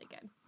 good